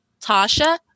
Tasha